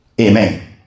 Amen